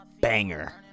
Banger